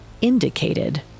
indicated